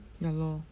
ya lor